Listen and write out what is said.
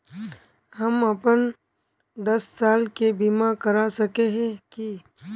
हम अपन दस साल के बीमा करा सके है की?